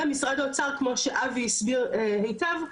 ומשרד האוצר כמו שאבי הסביר היטב,